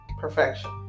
perfection